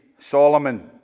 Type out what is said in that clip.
Solomon